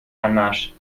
anmarsch